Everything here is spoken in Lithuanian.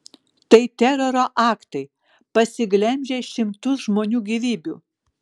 tai teroro aktai pasiglemžę šimtus žmonių gyvybių